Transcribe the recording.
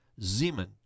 Zeman